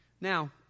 Now